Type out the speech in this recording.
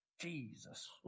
Jesus